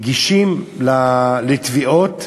נגישים לתביעות